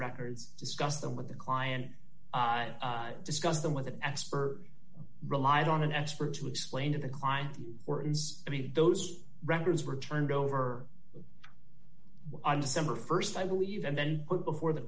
records discuss them with the client discuss them with an expert rely on an expert to explain to the client or i mean those records were turned over december st i believe and then put before the